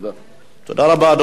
תודה רבה.